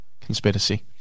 Conspiracy